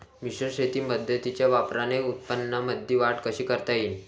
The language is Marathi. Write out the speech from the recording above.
मिश्र शेती पद्धतीच्या वापराने उत्पन्नामंदी वाढ कशी करता येईन?